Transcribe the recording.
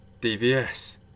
DVS